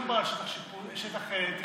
לא מדובר על שטח תכנון.